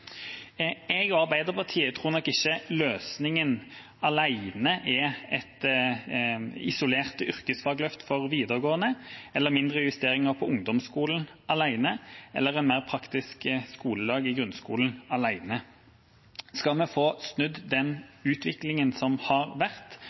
Jeg og Arbeiderpartiet tror ikke løsningen er et isolert yrkesfagløft for videregående, mindre justeringer for ungdomsskolen alene eller en mer praktisk skoledag i grunnskolen alene. Skal vi få snudd den